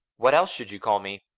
what else should you call me?